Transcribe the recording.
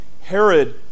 Herod